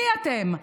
מי אתם?